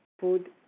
food